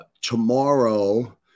tomorrow